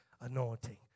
anointing